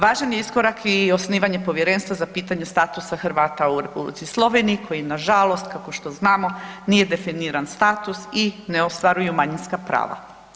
Važan je iskorak i osnivanje povjerenstava za pitanje statusa Hrvata u Republici Sloveniji koji nažalost kako što znamo nije definiran status i ne ostvaruju manjinska prava.